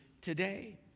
today